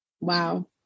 wow